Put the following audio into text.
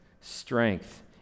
strength